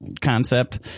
concept